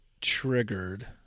triggered